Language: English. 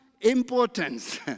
importance